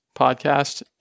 podcast